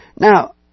Now